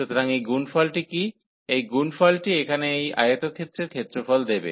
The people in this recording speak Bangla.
সুতরাং এই গুনফলটি কী এই গুণফলটি এখানে এই আয়তক্ষেত্রের ক্ষেত্রফল দেবে